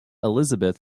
elizabeth